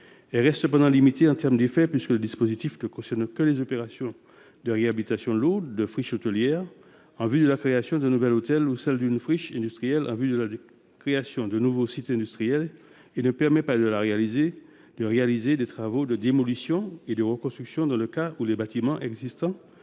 effets restent cependant limités : le dispositif ne concerne que les opérations de réhabilitation lourde de friches hôtelières en vue de la création d’un nouvel hôtel ou de friches industrielles en vue de la création d’un nouveau site industriel. Il ne permet pas de réaliser des travaux de démolition et de reconstruction dans le cas où les bâtiments existants